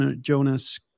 Jonas